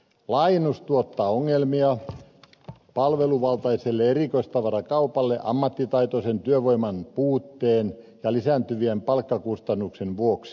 laajennus tuottaa ongelmia palveluvaltaiselle erikoistavarakaupalle ammattitaitoisen työvoiman puutteen ja lisääntyvien palkkakustannusten vuoksi